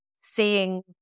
seeing